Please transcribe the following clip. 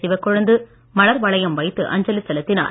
சிவக்கொழுந்து மலர் வளையம் வைத்து அஞ்சலி செலுத்தினார்